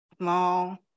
small